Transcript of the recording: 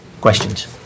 questions